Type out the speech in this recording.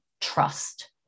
trust